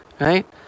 right